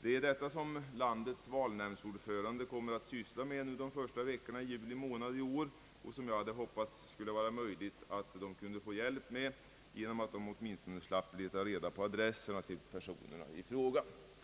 Det är detta som landets valnämndsordförande nu kommer att syssla med under de första veckorna i juli månad i år och som jag hade hoppats att de skulle kunna få hjälp med genom att åtminstone slippa leta reda på adresserna till personerna i fråga.